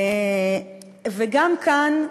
וגם כאן,